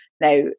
Now